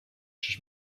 czyż